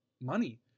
money